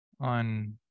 on